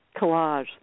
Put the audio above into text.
collage